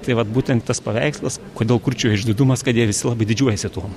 tai vat būtent tas paveikslas kodėl kurčio išdidumas kad jie visi labai didžiuojasi tuom